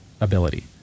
ability